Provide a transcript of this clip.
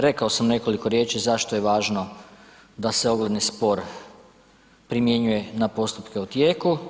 Rekao sam nekoliko riječi zašto je važno da se ogledni spor primjenjuje na postupke u tijeku.